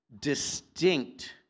distinct